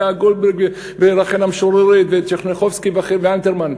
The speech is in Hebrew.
לאה גולדברג ורחל המשוררת וטשרניחובסקי ואלתרמן.